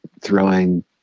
throwing